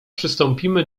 przystąpimy